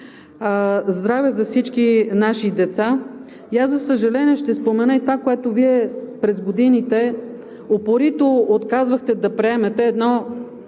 здраве за всички наши деца. За съжаление, ще спомена и това, което Вие през годините упорито отказвахте да приемате – едно,